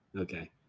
Okay